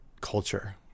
culture